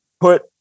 put